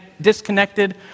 disconnected